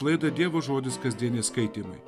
laidą dievo žodis kasdieniai skaitymai